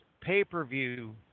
pay-per-view